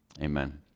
Amen